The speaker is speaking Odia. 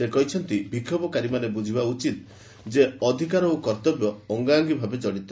ସେ କହିଛନ୍ତି ବିକ୍ଷୋଭକାରୀମାନେ ରୁଝିବା ଉଚିତ୍ ଯେ ଅଧିକାର ଓ କର୍ଭବ୍ୟ ଅଙ୍ଗାଙ୍ଗୀଭାବେ କଡ଼ିତ